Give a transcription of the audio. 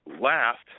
last